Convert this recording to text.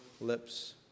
lips